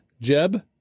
Jeb